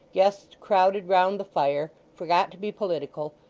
guests crowded round the fire, forgot to be political,